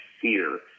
fear